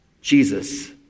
Jesus